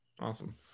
awesome